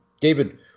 David